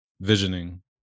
visioning